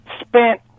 spent